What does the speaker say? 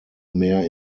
mehr